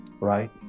right